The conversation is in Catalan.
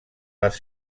les